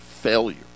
failure